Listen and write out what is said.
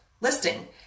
listing